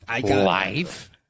Life